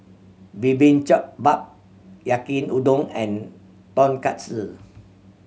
bap Yaki Udon and Tonkatsu